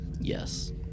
Yes